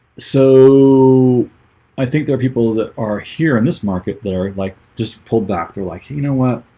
so i think they're people that are here in this market. they're like just pulled back. they're like, you know what?